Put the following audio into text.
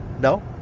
No